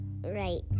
right